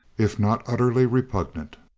if not utterly repugnant.